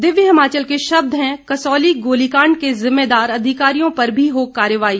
दिव्य हिमाचल के शब्द हैं कसौली गोलीकांड के जिम्मेदार अधिकारियों पर भी हो कार्रवाई